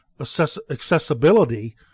accessibility